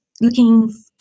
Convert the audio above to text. looking